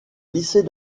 lycée